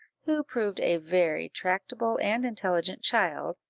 who proved a very tractable and intelligent child,